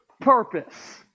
purpose